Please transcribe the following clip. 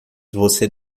você